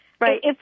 Right